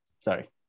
sorry